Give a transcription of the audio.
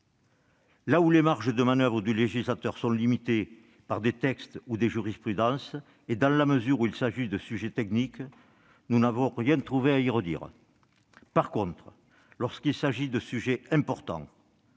là où les marges de manoeuvre du législateur sont limitées par des textes ou des jurisprudences, et dans la mesure où il s'agit de sujets techniques, nous n'avons rien trouvé à y redire. En revanche, lorsqu'il s'agit de sujets importants,